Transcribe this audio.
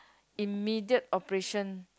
immediate operation